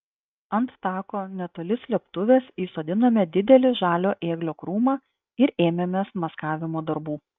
ant tako netoli slėptuvės įsodinome didelį žalio ėglio krūmą ir ėmėmės maskavimo darbų